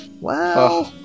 Wow